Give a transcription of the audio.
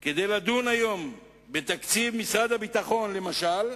כדי לדון היום בתקציב משרד הביטחון למשל,